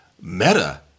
Meta